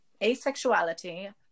Asexuality